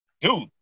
dude